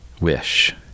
wish